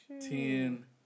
ten